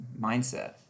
mindset